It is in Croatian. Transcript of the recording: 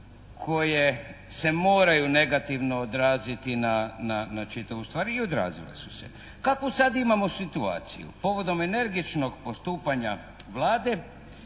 koje se moraju negativno odraziti na čitavu stvar i odrazila su se. Kakvu sada imamo situaciju? Povodom energičnog postupanja Vlade